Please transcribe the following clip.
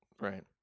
Right